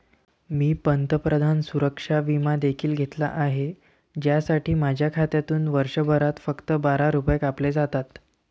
मी पंतप्रधान सुरक्षा विमा देखील घेतला आहे, ज्यासाठी माझ्या खात्यातून वर्षभरात फक्त बारा रुपये कापले जातात